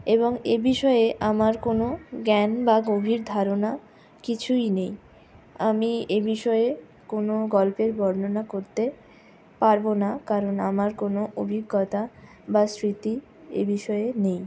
এবং এ বিষয়ে আমার কোনও জ্ঞান বা গভীর ধারনা কিছুই নেই আমি এ বিষয়ে কোনও গল্পের বর্ণনা করতে পারবো না কারণ আমার কোনও অভিজ্ঞতা বা স্মৃতি এ বিষয়ে নেই